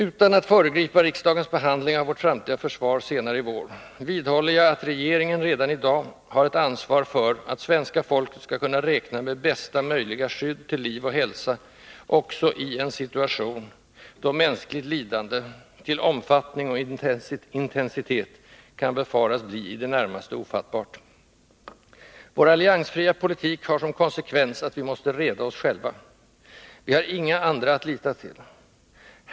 Utan att föregripa riksdagens behandling av vårt framtida försvar senare i vår, vidhåller jag att regeringen redan i dag har ett ansvar för att svenska folket skall kunna räkna med bästa möjliga skydd till liv och hälsa, också i en situation då mänskligt lidande, till omfattning och intensitet, kan befaras bli i det närmaste ofattbart. Vår alliansfria politik har som konsekvens att vi måste reda oss själva. Vi har inga andra att lita till.